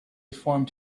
formed